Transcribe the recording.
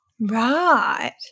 Right